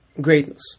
greatness